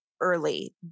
early